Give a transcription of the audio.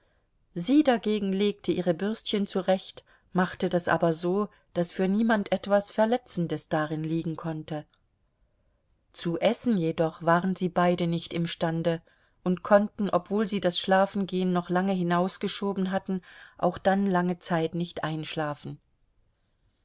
sie dagegen legte ihre bürstchen zurecht machte das aber so daß für niemand etwas verletzendes darin liegen konnte zu essen jedoch waren sie beide nicht imstande und konnten obwohl sie das schlafengehen noch lange hinausgeschoben hatten auch dann lange zeit nicht einschlafen